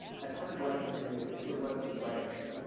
i'd kind of like in this, too, if we're working in rails,